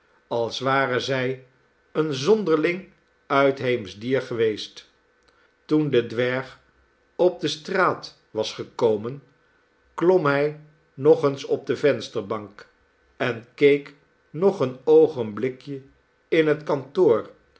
als ware zij een zonderling uitheemsch dier geweest toen de dwerg op de straat was gekomen klom hij nog eens op de vensterbank en keek nog een oogenblikje in het kantoor